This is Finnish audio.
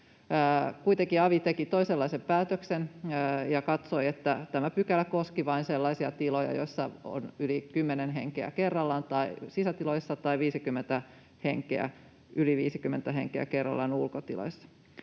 Kuitenkin avi teki toisenlaisen päätöksen ja katsoi, että tämä pykälä koski vain sellaisia tiloja, joissa on yli kymmenen henkeä kerrallaan sisätiloissa tai yli 50 henkeä kerrallaan ulkotiloissa.